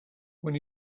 when